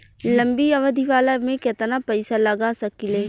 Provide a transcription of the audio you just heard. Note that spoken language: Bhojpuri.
लंबी अवधि वाला में केतना पइसा लगा सकिले?